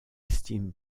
estime